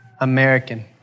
American